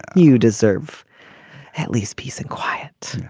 you deserve at least peace and quiet.